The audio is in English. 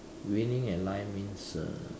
winning at life means uh